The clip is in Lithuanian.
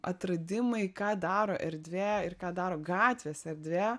atradimai ką daro erdvė ir ką daro gatvės erdvė